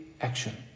action